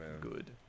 Good